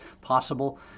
possible